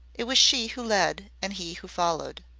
it was she who led, and he who followed.